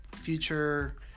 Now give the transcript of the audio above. future